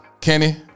Kenny